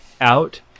out